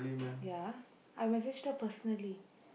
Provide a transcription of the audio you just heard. ya I messaged her personally